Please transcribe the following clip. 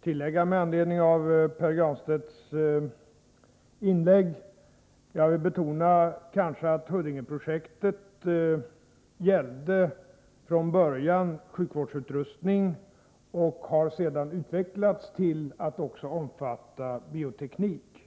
tillägga med anledning av Pär Granstedts inlägg. Jag vill betona att Huddingeprojektet från början gällde sjukvårdsutrustning och sedan har utvecklats till att också omfatta bioteknik.